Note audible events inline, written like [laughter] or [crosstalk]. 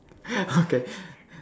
[laughs] okay